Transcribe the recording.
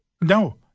No